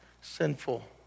sinful